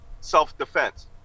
self-defense